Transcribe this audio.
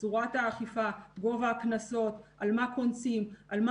יש בעיה עם מתווה הפיצוי, לא